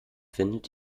findet